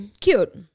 Cute